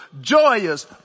joyous